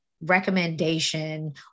recommendation